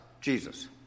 Jesus